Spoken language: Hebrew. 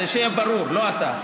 כדי שיהיה ברור שזה לא אתה,